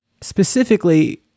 Specifically